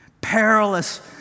perilous